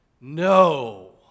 No